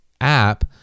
app